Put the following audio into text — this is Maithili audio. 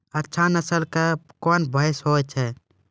अच्छा नस्ल के कोन भैंस होय छै?